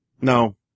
No